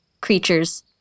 creatures